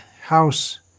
house